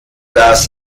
das